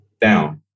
down